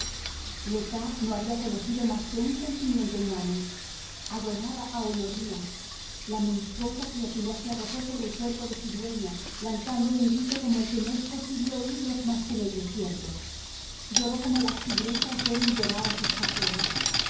tas no había conocido más que un sentimiento humano adoraba a honorina la monstruosa criatura se arrojó sobre el cuerpo de su dueña lanzando un grito como el que no es posible oírlos más que en el desierto lloró como las tigresas deben llorar a sus cachorros